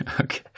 Okay